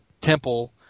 temple